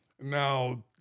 Now